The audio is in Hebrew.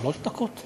שלוש דקות?